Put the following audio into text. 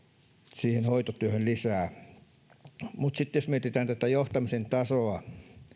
hoitotyöhön lisää sitten jos mietitään johtamisen tasoa